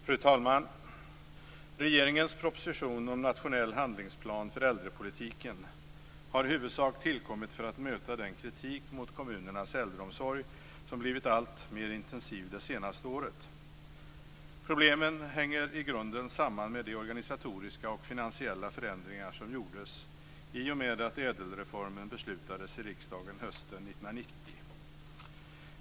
Fru talman! Regeringens proposition om nationell handlingsplan för äldrepolitiken har i huvudsak tillkommit för att möta den kritik mot kommunernas äldreomsorg som blivit alltmer intensiv det senaste året. Problemen hänger i grunden samman med de organisatoriska och finansiella förändringar som genomfördes i och med att ädelreformen beslutades i riksdagen hösten 1990.